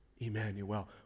Emmanuel